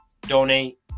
donate